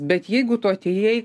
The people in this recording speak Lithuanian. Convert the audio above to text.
bet jeigu tu atėjai